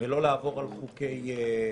ולא לעבור על חוקי הסודיות.